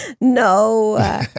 No